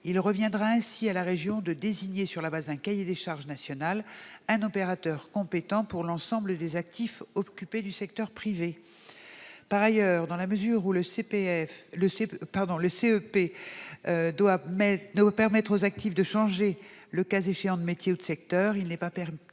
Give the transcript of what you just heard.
Il reviendra ainsi à la région de désigner, sur la base d'un cahier des charges national, un opérateur compétent pour l'ensemble des actifs occupés du secteur privé. Par ailleurs, dans la mesure où le CEP doit permettre aux actifs de changer, le cas échéant, de métier ou de secteur, il n'est pas